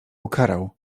ukarał